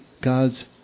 God's